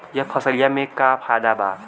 यह फसलिया में का फायदा बा?